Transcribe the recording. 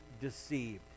deceived